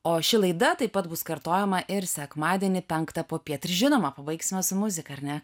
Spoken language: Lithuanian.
o ši laida taip pat bus kartojama ir sekmadienį penktą popiet ir žinoma pabaigsime su muzika ar ne